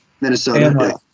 Minnesota